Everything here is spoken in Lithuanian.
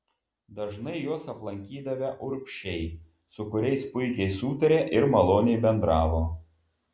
dažnai juos aplankydavę urbšiai su kuriais puikiai sutarė ir maloniai bendravo